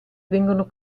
vengono